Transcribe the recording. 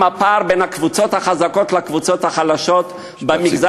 אם הפער בין הקבוצות החזקות לקבוצות החלשות במגזר,